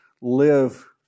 live